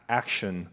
action